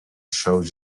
solve